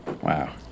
Wow